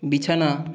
বিছানা